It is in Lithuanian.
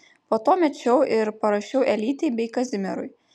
po to mečiau ir parašiau elytei bei kazimierui